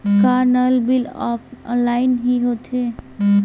का नल bill offline हि होथे?